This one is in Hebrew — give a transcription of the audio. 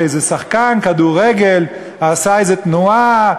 שאיזה שחקן כדורגל עשה איזה תנועה,